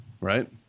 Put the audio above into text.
right